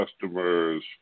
customers